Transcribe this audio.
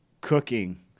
cooking